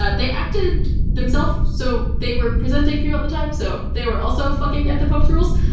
ah they acted themself so they were presenting female at the time, so they were also fucking with the pope's rules.